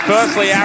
Firstly